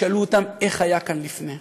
תשאלו אותם איך היה כאן לפני.